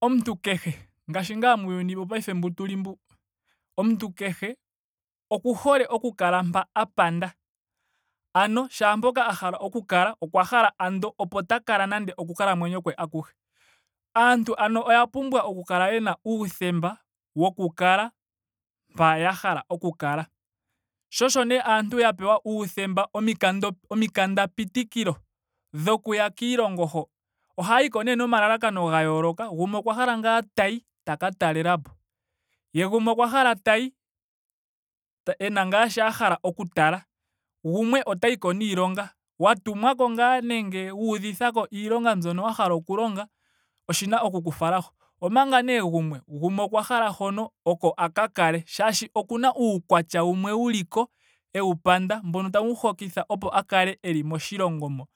Omuntu kehe ngaashi ngaa muyuni wopaife mbu tuli mbu. omuntu kehe oku hole oku kala mpa a panda. ano shaampoka a hala oku kala okwa hala andola opo ta kala ando oku kalamwenyo kwe akuhe. Aantu ano oya pumbwa oku kala yena uuthemba woku kala mpa ya hala oku kala. Sho osho nee aantu ya pewa uuthemba. omikando omikanda pitikilo dhokuya kiilongo ho. Ohaayi ko nee nomalalakano ga yooloka. Gumwe okwa hala ngaa tayi taka talelapo. ye egumwe okwa hala tayi ena ngaa shi a hala oku tala. gumwe otayi ko niilonga. wa tumwa ko ngaa nenge wuudhithako iilonga mbyono wa hala okulonga. oshina oku ku fala ho. Omanga nee gumwe. gumwe okwa hala hono oko a ka kale shaashi okuna uukwatya wumwe wu liko ewu panda mboka tawu mu hokitha opo a kale eli moshilongo mo.